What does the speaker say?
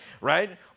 right